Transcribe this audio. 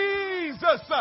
Jesus